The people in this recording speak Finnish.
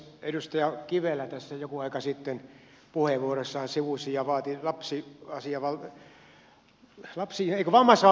edustaja kivelä tässä joku aika sitten puheenvuorossaan sivusi ja vaati vammaisvaltuutetun viran perustamista